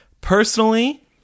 Personally